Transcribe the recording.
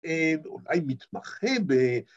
‫אולי מתמחה ב...